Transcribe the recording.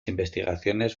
investigaciones